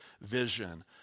vision